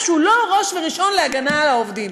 שהוא לא ראש וראשון להגנה על העובדים.